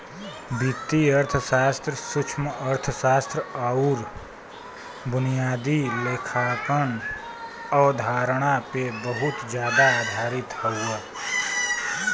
वित्तीय अर्थशास्त्र सूक्ष्मअर्थशास्त्र आउर बुनियादी लेखांकन अवधारणा पे बहुत जादा आधारित हौ